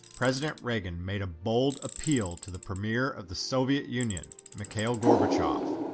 president reagan made a bold appeal to the premier of the soviet union, mikhail gorbachev,